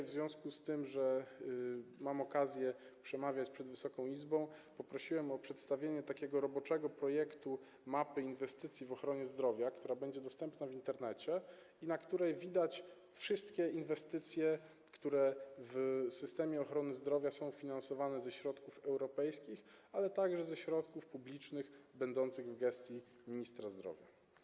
W związku z tym, że dzisiaj mam okazję przemawiać przed Wysoką Izbą, poprosiłem o przedstawienie roboczego projektu mapy inwestycji w ochronie zdrowia, która będzie dostępna w Internecie i na której widać wszystkie inwestycje, które w ramach systemu ochrony zdrowia są finansowane ze środków europejskich, ale także ze środków publicznych będących w gestii ministra zdrowia.